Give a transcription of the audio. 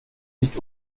nicht